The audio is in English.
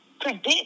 predict